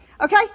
Okay